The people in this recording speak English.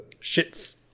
shits